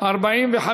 אלימות בספורט (תיקון,